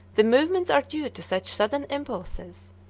the movements are due to such sudden impulses,